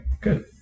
Good